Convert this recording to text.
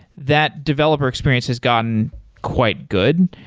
that developer experience has gone quite good.